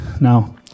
Now